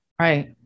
Right